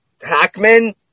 Hackman